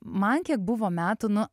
man kiek buvo metų nu